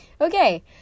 Okay